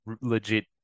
legit